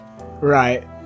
Right